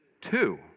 Two